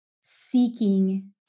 seeking